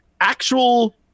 actual